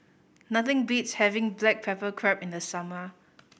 nothing beats having black pepper crab in the summer